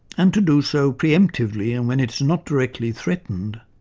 and to do so pre-emptively and when it is not directly threatened,